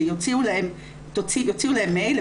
שיוציאו להן מייל,